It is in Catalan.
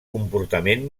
comportament